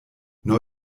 neu